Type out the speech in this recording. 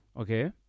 Okay